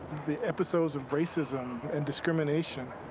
the episodes of racism and discrimination,